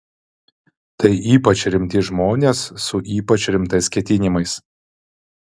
tai ypač rimti žmonės su ypač rimtais ketinimais